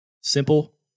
Simple